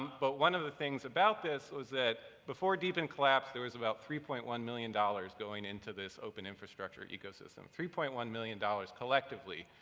but one of the things about this was that, before dpn collapsed, there was about three point one million dollars going into this open infrastructure ecosystem. three point one million dollars collectively,